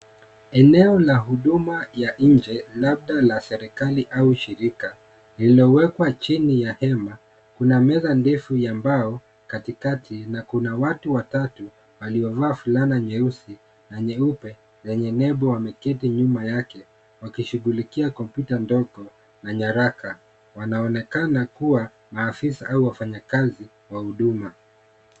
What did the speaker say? Eneo la huduma ya nje labda la serikali au shirika lililowekwa chini ya hema. Kuna meza ndefu ya mbao katikati na kuna watu waliovaa fulana nyeusi na nyeupe lenye nembo wameketi nyuma yake wakishughulikia kompyuta ndogo na nyaraka. Wanaonekana kuwa maafisa au wafanyakazi wa huduma.